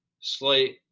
slight